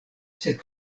sed